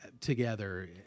together